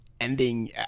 ending